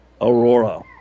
Aurora